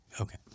Okay